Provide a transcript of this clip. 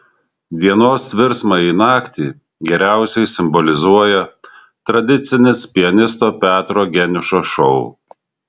dienos virsmą į naktį geriausiai simbolizuoja tradicinis pianisto petro geniušo šou